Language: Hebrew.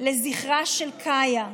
לזכרה של קאיה,